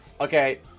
Okay